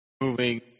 moving